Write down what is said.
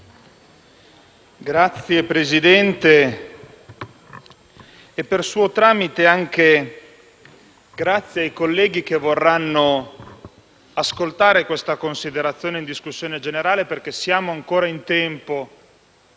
ringrazio lei e per suo tramite ringrazio i colleghi che vorranno ascoltare questa considerazione in discussione generale, perché siamo ancora in tempo